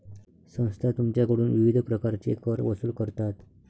संस्था तुमच्याकडून विविध प्रकारचे कर वसूल करतात